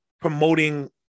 promoting